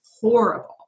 horrible